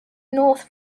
north